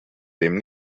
dem